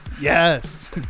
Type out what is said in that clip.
Yes